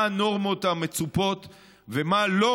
מה הנורמות המצופות ומה לא,